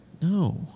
No